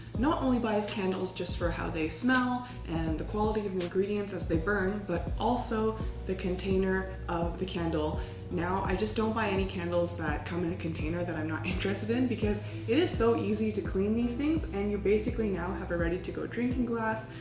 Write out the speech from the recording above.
not only by his candles just for how they smell and the quality of the ingredients as they burn but also the container of the candle now, i just don't buy any candles that come in a container that i'm not interested in because it is so easy to clean these things and you're basically now ever ready to go drinking glass,